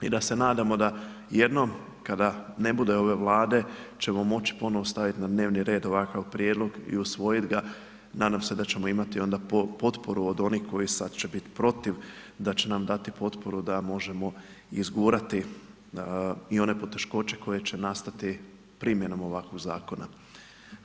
I da se nadamo jednom kada ne bude ove Vlade ćemo moći ponovno staviti na dnevni red ovakav prijedlog i usvojiti ga, nadam se da ćemo imati onda potporu od onih koji sad će biti protiv, da će nam dati potporu da možemo izgurati i one poteškoće koje će nastati primjenom ovakvog zakona.